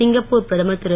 Singapore பிரதமர் திரு